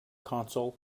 console